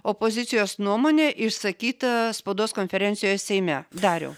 opozicijos nuomonė išsakyta spaudos konferencijoj seime dariau